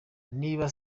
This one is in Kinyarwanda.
niba